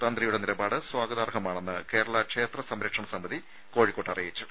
തന്ത്രിയുടെ നിലപാട് സ്വാഗതാർഹമാണെന്ന് കേരള ക്ഷേത്ര സംരക്ഷണ സമിതി കോഴിക്കോട്ട് അറിയിച്ചു